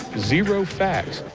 zero facts.